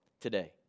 today